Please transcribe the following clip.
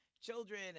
children